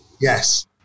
Yes